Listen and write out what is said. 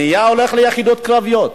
הולך ליחידות קרביות,